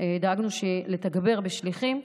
דאגנו לתגבר בשליחים,